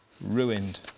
Ruined